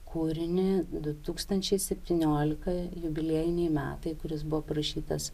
kūrinį du tūkstančiai septyniolika jubiliejiniai metai kuris buvo parašytas